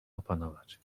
opanować